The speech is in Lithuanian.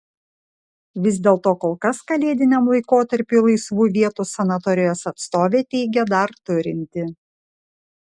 vis dėlto kol kas kalėdiniam laikotarpiui laisvų vietų sanatorijos atstovė teigė dar turinti